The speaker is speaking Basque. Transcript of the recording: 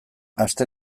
aste